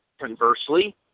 conversely